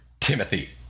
Timothy